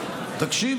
אז נהיה בשקט?